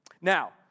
Now